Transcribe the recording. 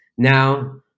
Now